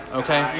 okay